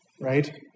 Right